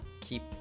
keep